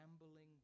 gambling